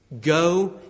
Go